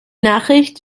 nachricht